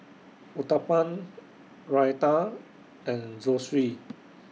Uthapam Raita and Zosui